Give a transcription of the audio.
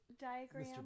diagram